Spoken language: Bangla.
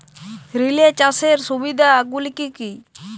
রিলে চাষের সুবিধা গুলি কি কি?